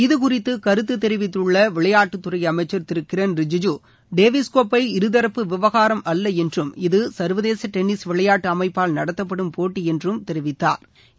இது குறித்து கருத்து தெரிவித்துள்ள விளையாட்டுத்துறை அமைச்சர் திரு கிரண் ரிஜிஜூ டேவிஸ் கோப்பை இருதரப்பு விவகாரம் அல்ல என்றும் இது சாவதேச டெள்ளிஸ் விளையாட்டு அமைப்பால் நடத்தப்படும் போட்டி என்றும் தெரிவித்தாா்